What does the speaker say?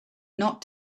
not